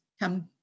come